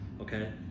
okay